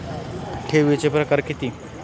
ठेवीचे प्रकार किती?